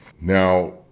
Now